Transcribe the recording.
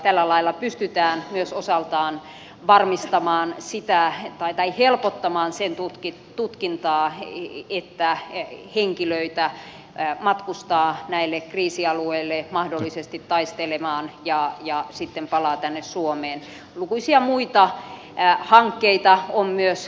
tällä lailla pystytään myös osaltaan helpottamaan sen tutkintaa että henkilöitä matkustaa näille kriisialueille mahdollisesti taistelemaan ja sitten palaa tänne suomeen lukuisia muita hankkeita on myös